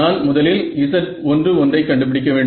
நான் முதலில் Z11 ஐ கண்டுபிடிக்க வேண்டும்